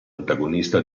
antagonista